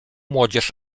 młodzież